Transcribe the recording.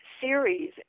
series